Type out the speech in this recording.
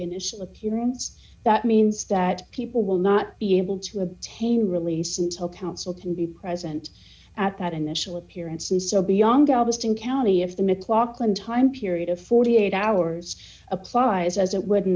initial appearance that means that people will not be able to obtain release until counsel can be present at that initial appearance and so beyond galveston county if the mclachlan time period of forty eight hours applies as it wouldn't